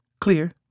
clear